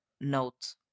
note